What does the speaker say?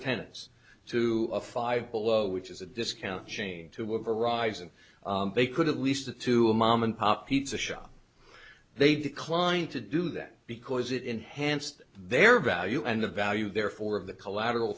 tenants to a five below which is a discount chain two of arrives and they could at least to a mom and pop pizza shop they declined to do that because it enhanced their value and the value therefore of the collateral